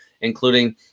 including